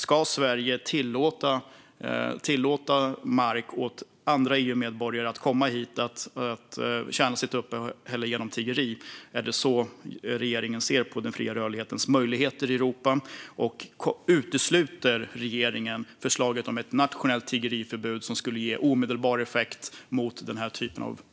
Ska Sverige tillåta att mark används av andra EU-länders medborgare som kommer hit och tjänar sitt uppehälle genom tiggeri - är det på detta sätt som regeringen ser på den fria rörlighetens möjligheter i Europa? Och utesluter regeringen förslaget om ett nationellt tiggeriförbud, som skulle ge omedelbar effekt mot den här typen av tiggeri?